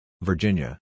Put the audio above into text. Virginia